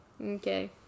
Okay